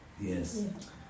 Yes